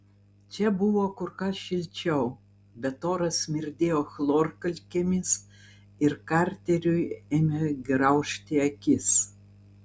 čia buvo kur kas šilčiau bet oras smirdėjo chlorkalkėmis ir karteriui ėmė graužti akis